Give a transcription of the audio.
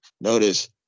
Notice